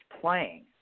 playing